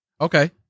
Okay